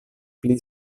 pli